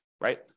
Right